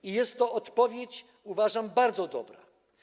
I jest to odpowiedź, uważam, bardzo dobra.